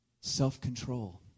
Self-control